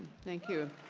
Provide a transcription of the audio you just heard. thank you.